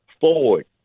forward